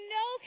no